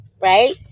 right